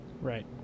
Right